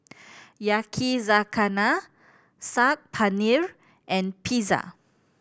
Yakizakana Saag Paneer and Pizza